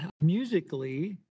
musically